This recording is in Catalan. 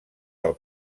del